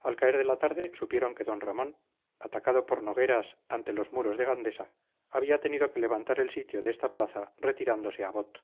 al caer de la tarde supieron que d ramón atacado por nogueras ante los muros de gandesa había tenido que levantar el sitio de esta plaza retirándose a bot